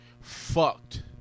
fucked